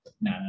no